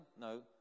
No